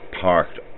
parked